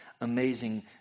amazing